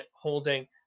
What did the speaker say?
holding